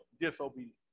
disobedience